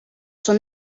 són